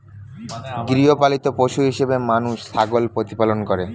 গৃহপালিত পশু হিসেবে মানুষ ছাগল প্রতিপালন করে